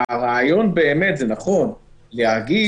הרעיון נכון, להגיד